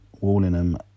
Wallingham